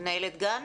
מנהלת גן